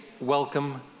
welcome